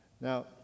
Now